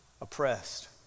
oppressed